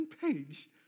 page